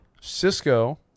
Cisco